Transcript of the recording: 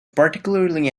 particularly